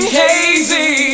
hazy